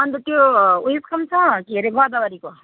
अन्त त्यो उइसको पनि छ के अरे गदावरीको